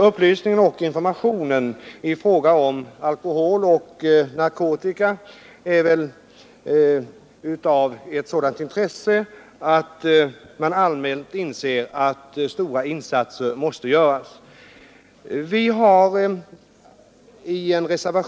Upplysning och information om alkohol och narkotika är av sådant intresse att man väl allmänt inser att stora insatser måste göras.